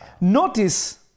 Notice